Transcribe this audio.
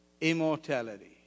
immortality